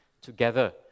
together